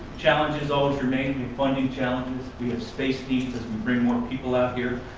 challenges always remain the funding challenges. we have space needs as we bring more people out here.